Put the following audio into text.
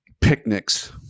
picnics